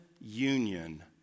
union